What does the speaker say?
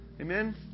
Amen